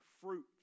fruit